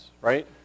right